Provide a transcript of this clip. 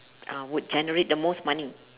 uh would generate the most money